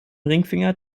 ringfinger